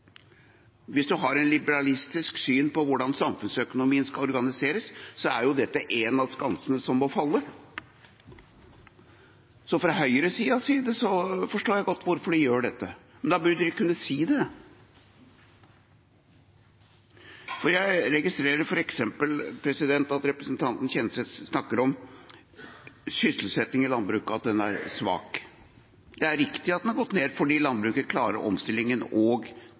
Hvis du har et liberalistisk syn på hvordan samfunnsøkonomien skal organiseres, er dette en av skansene som må falle. Så sett fra høyresiden forstår jeg godt hvorfor de gjør dette. Men da burde de si kunne det. Jeg registrerer f.eks. at representanten Kjenseth snakker om at sysselsettingen i landbruket er svak. Det er riktig at den har gått ned, fordi landbruket klarer omstillingen og